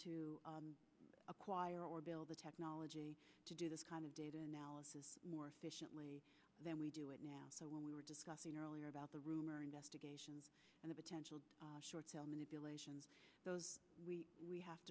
to acquire or build the technology to do this kind of data analysis more efficiently than we do it now so when we were discussing earlier about the rumor investigation and the potential short sale manipulation those we we have